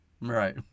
right